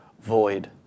void